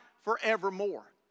forevermore